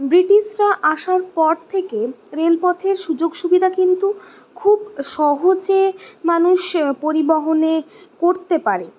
ব্রিটিশরা আসার পর থেকে রেলপথের সুযোগ সুবিধা কিন্তু খুব সহজে মানুষ পরিবহনে করতে পারে